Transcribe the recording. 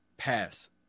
pass